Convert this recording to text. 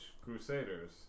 crusaders